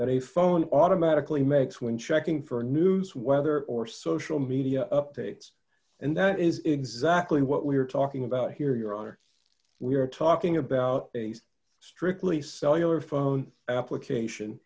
a phone automatically makes when checking for a news weather or social media updates and that is exactly what we are talking about here your honor we are talking about a strictly cellular phone application